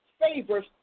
favors